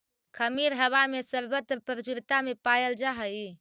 खमीर हवा में सर्वत्र प्रचुरता में पायल जा हई